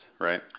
right